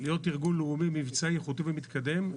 להיות ארגון לאומי מבצעי, איכותי ומתקדם.